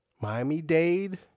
Miami-Dade